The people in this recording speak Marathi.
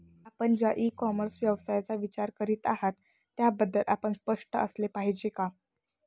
आपण ज्या इ कॉमर्स व्यवसायाचा विचार करीत आहात त्याबद्दल आपण स्पष्ट असले पाहिजे का?